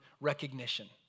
recognition